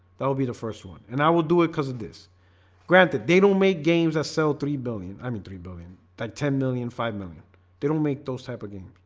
that would be the first one and i will do it cuz of this granted they don't make games at cell three billion. i mean three billion like ten million five million they don't make those type of games,